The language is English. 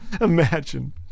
Imagine